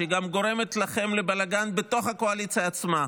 שגם גורמת לכם לבלגן בתוך הקואליציה עצמה,